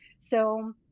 So-